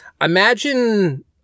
imagine